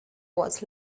was